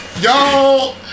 Y'all